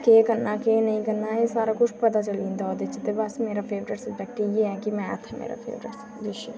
केह् करना केह् नेईं करना ऐ एह् सारा कुछ पता चली जंदा ओह्दे च ते बस मेरा फेवरेट सबजैक्ट इ'यै ऐ कि मैथ ऐ मेरा फेवरेट विशे